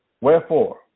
wherefore